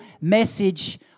message